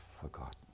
forgotten